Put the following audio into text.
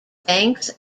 banks